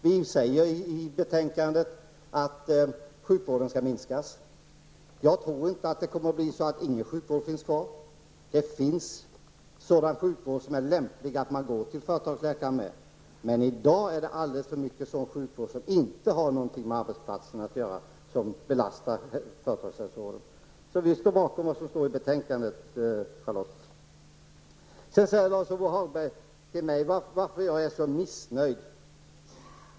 Vi säger i betänkandet att sjukvården skall minskas. Jag tror inte att det kommer att bli så att ingen sjukvård finns kvar. Det finns sådana sjukdomar där det är lämpligt att konsultera företagsläkaren. Men i dag är det många sjukdomar som inte har någonting med arbetsplatsen att göra, men som belastar företagshälsovården. Så vi står bakom vad som står i betänkandet, Charlotte Branting, om detta. Lars-Ove Hagberg frågar mig varför jag är så missnöjd.